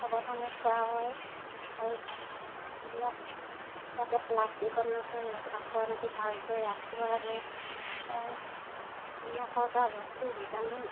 সাৱধানে থোৱা হয় আৰু নিমখ যাতে প্লাষ্টিকত নথৈ এই কাঁচৰ মাটিত ভালকৈ ৰাখিব লাগে নিমখৰ পৰা বহুতো বীজাণু